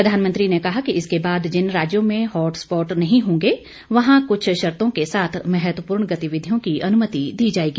प्रधानमंत्री ने कहा कि इसके बाद जिन राज्यों में हॉट स्पॉट नहीं होंगे वहां कुछ शर्तों के साथ महत्वपूर्ण गतिविधियों की अनुमति दी जायेगी